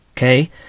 Okay